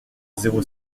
zéro